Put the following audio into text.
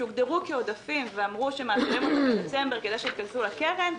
שהוגדרו כעודפים ואמרו שמעבירים אותם בדצמבר כדי שייכנסו לקרן,